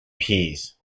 peas